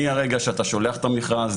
מהרגע שאתה שולח את המכרז,